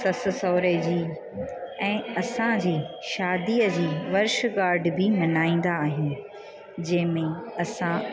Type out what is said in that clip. ससु सहुरे जी ऐं असांजी शादी जी वर्षगांठ बि मल्हाईंदा आहियूं जंहिंमे असां